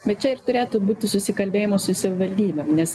bet čia ir turėtų būti susikalbėjimo su savivaldybėm nes